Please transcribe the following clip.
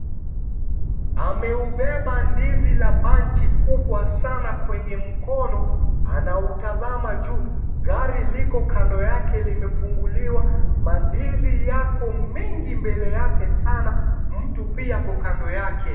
Ameubeba ndizi la banji kubwa sana kwenye mkono, anautazama juu, gari liko Kando yake limefunguliwa. Mandizi yako mengi mbele yake Sana, mtu pia ako kando yake.